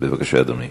בבקשה, אדוני.